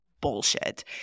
bullshit